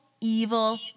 evil